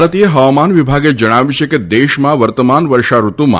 ભારતીય હવામાન વિભાગે જણાવ્યું છે કે દેશમાં વર્તમાન વર્ષા ઋતુમાં